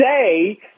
say